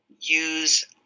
use